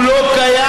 הוא לא קיים.